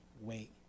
wait